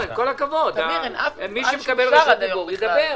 מי שמקבל רשות דיבור, שידבר.